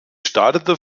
startete